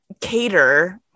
cater